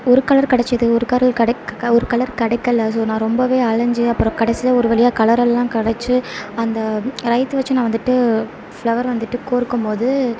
ஒரு கலர் கிடைச்சிது ஒரு கரல் கெடைக் ஒரு கலர் கிடைக்கல ஸோ நான் ரொம்பவே அலஞ்சு அப்புறம் கடைசியா ஒரு வழியாக கலரெல்லாம் கிடைச்சு அந்த ரைத்து வைச்சு நான் வந்துட்டு ஃப்ளவர் வந்துட்டு கோர்கும் போது